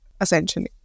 essentially